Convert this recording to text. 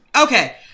Okay